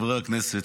חברי הכנסת,